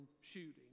shooting